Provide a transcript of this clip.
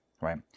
Right